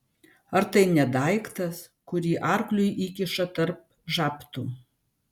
ar tai ne daiktas kurį arkliui įkiša tarp žabtų